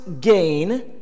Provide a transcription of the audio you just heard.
gain